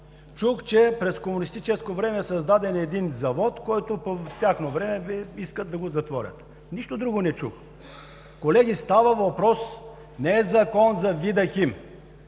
Чух, че през комунистическо време е създаден завод, който по тяхно време искат да го затворят. Нищо друго не чух. Колеги, става въпрос не за закон за „Видахим“.